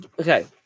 Okay